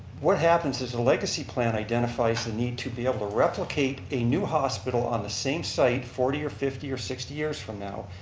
what happens is the and legacy plan identifies the need to be able to replicate a new hospital on the same site forty or fifty or sixty years from now,